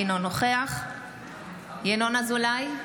אינו נוכח ינון אזולאי,